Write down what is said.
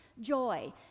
joy